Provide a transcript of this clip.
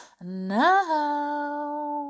now